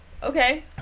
Okay